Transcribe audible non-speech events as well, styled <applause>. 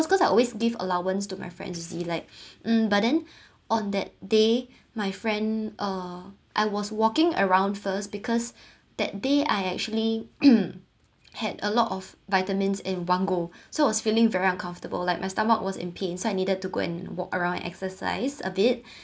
because I always give allowance to my friend to see like um but then on that day my friend uh I was walking around first because that day I actually <coughs> had a lot of vitamins in one go so was feeling very uncomfortable like my stomach was in pain so I needed to go and walk around exercise a bit